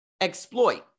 exploit